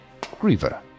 Griever